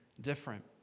different